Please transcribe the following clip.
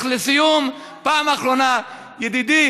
וכוח האהבה יותר גדול מכוח